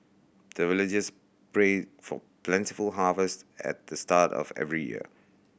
the villagers pray for plentiful harvest at the start of every year